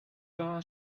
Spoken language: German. war